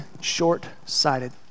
short-sighted